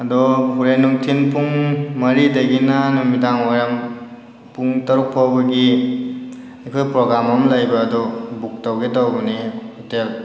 ꯑꯗꯣ ꯍꯣꯔꯦꯟ ꯅꯨꯡꯊꯤꯟ ꯄꯨꯡ ꯃꯔꯤꯗꯒꯤꯅ ꯅꯨꯃꯤꯗꯥꯡ ꯋꯥꯏꯔꯝ ꯄꯨꯡ ꯇꯔꯨꯛ ꯐꯥꯎꯕꯒꯤ ꯑꯩꯈꯣꯏ ꯄ꯭ꯔꯣꯒꯥꯝ ꯑꯃ ꯂꯩꯕ ꯑꯗꯣ ꯕꯨꯛ ꯇꯧꯒꯦ ꯇꯧꯕꯅꯦ ꯍꯣꯇꯦꯜ